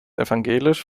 evangelisch